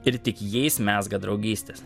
ir tik jais mezga draugystes